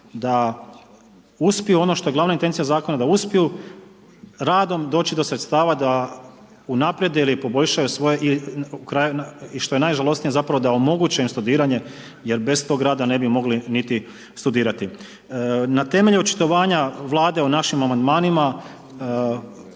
da uspiju ono što je glavna intencija zakona da uspiju radom doći do sredstava da unaprijede ili poboljšaju svoje i što je najžalosnije zapravo da omoguće im studiranje jer bez tog rada ne bi mogli niti studirati. Na temelju očitovanja Vlade o našim amandmanima